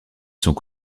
sont